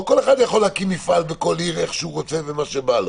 לא כל אחד יכול להקים מפעל בכל עיר איך שהוא רוצה ומה שבא לו.